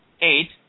Eight